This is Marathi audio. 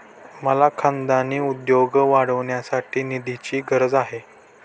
मला खानदानी उद्योग वाढवण्यासाठी निधीची गरज आहे